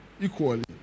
Equally